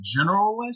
generalist